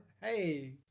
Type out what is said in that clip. hey